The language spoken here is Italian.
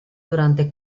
durante